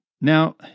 Now